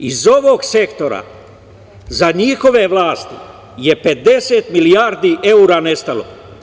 Iz ovog sektora za njihove vlasti je 50 milijardi evra nestalo.